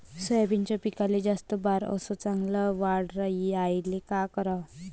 सोयाबीनच्या पिकाले जास्त बार अस चांगल्या वाढ यायले का कराव?